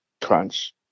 crunch